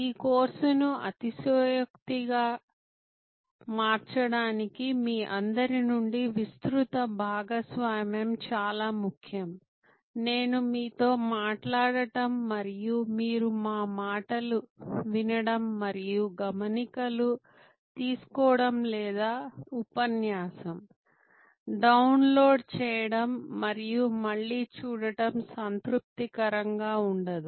ఈ కోర్సును అతిశయోక్తిగా మార్చడానికి మీ అందరి నుండి విస్తృత భాగస్వామ్యం చాలా ముఖ్యం నేను మీతో మాట్లాడటం మరియు మీరు మా మాటలు వినడం మరియు గమనికలు తీసుకోవడం లేదా ఉపన్యాసం డౌన్లోడ్ చేయడం మరియు మళ్ళీ చూడటం సంతృప్తికరంగా ఉండదు